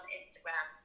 instagram